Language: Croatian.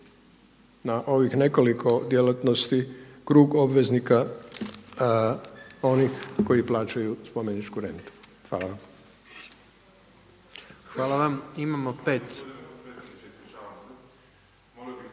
na ovih nekoliko djelatnosti obveznika onih koji plaćaju spomeničku rentu. Hvala. **Jandroković,